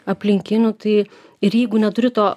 aplinkinių tai ir jeigu neturi to